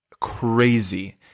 crazy